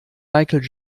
michael